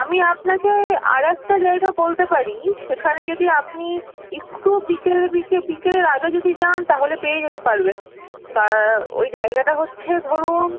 আমি আপনাকে আরেকটা জায়গা বলতে পারি সেখানে যদি আপনি একটু বিকেল বিকেলের আগে যদি যান তাহলে পেয়ে যেতে পারবেন তা ওই জায়গাটা হচ্ছে ধরুন